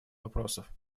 вопросов